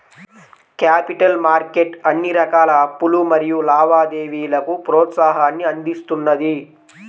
capital market అన్ని రకాల అప్పులు మరియు లావాదేవీలకు ప్రోత్సాహాన్ని అందిస్తున్నది